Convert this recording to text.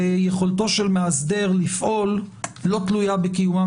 שיכולתו של מאסדר לפעול לא תלויה בקיומם